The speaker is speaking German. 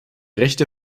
rechte